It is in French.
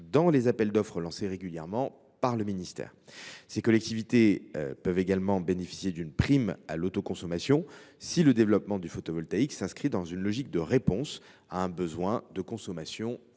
cadre des appels d’offres lancés régulièrement par le ministère. Ces collectivités peuvent également bénéficier d’une prime à l’autoconsommation si le développement du photovoltaïque s’inscrit dans une logique de réponse à un besoin de consommation